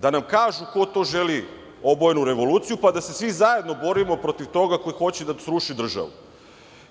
da nam kažu ko to želi obojenu revoluciju, pa da se svi zajedno borimo protiv toga ko hoće da sruši državu,